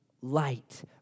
light